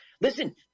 Listen